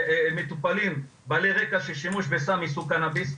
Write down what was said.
מטופלים בעלי רקע של שימוש בסם מסוג קנאביס.